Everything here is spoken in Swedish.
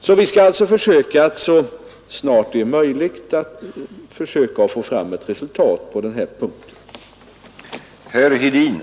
Därför skall vi försöka att så snart som möjligt nå resultat i det avseendet.